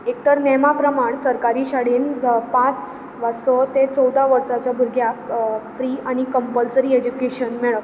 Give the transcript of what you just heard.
एक तर नेमा प्रमाण सरकारी शाळेंत पांच वा स ते चवदा वर्साचो भुरग्याक फ्री आनी कम्पलसरी एजूकेशन मेळप